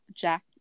jack